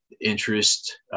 interest